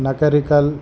Nakrekal